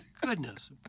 Goodness